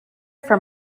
from